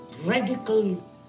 radical